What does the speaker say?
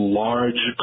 large